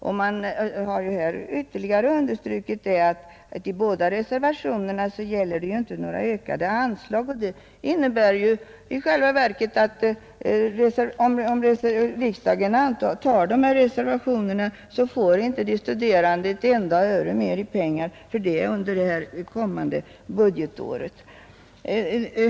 Man har här ytterligare understrukit att reservationerna inte gäller några ökade anslag. Det innebär ju i själva verket att om riksdagen bifaller reservationerna så får inte de studerande ett enda öre mer i pengar för det under det kommande budgetåret.